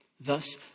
Thus